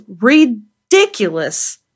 ridiculous